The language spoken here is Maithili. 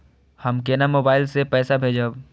हम केना मोबाइल से पैसा भेजब?